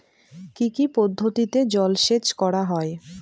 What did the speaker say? কি কি পদ্ধতিতে জলসেচ করা হয়?